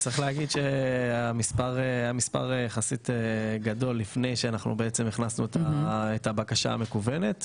צריך להגיד שהמספר היה מספר יחסית גדול לפני שהכנסנו את הבקשה המקוונת.